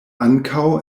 ankaŭ